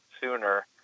sooner